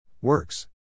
Works